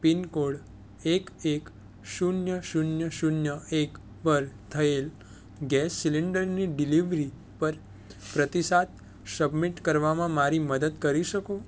pin code એક એક શૂન્ય શૂન્ય શૂન્ય એક પર થયેલ ગેસ સિલિન્ડરની ડિલિવરી પર પ્રતિસાદ સબમિટ કરવામાં મારી મદદ કરી શકો